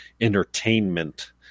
entertainment